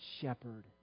shepherd